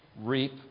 reap